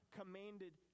commanded